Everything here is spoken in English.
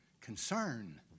concern